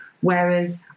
whereas